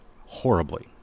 horribly